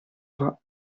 toi